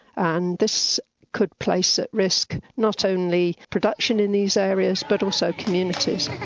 and this could place at risk not only production in these areas but also communities.